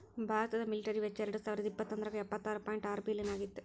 ಭಾರತದ ಮಿಲಿಟರಿ ವೆಚ್ಚ ಎರಡಸಾವಿರದ ಇಪ್ಪತ್ತೊಂದ್ರಾಗ ಎಪ್ಪತ್ತಾರ ಪಾಯಿಂಟ್ ಆರ ಬಿಲಿಯನ್ ಆಗಿತ್ತ